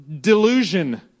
delusion